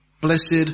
Blessed